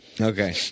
Okay